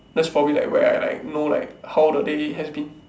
that's probably where I know like how the day has been